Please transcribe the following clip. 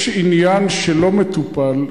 יש עניין שלא מטופל ונדחה,